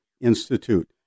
Institute